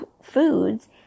foods